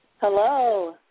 Hello